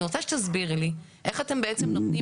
אני רוצה שתסבירי לי איך אתם בעצם נותנים